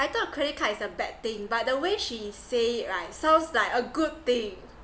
I thought credit card is a bad thing but the way she say right sounds like a good thing